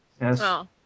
Yes